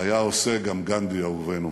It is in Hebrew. היה עושה גם גנדי אהובנו.